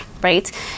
right